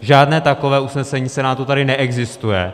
Žádné takové usnesení Senátu tady neexistuje,